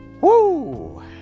Woo